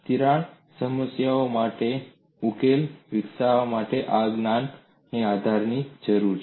તિરાડ સમસ્યાઓ માટે ઉકેલ વિકસાવવા માટે આ જ્ઞાન આધાર જરૂરી છે